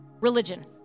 religion